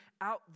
out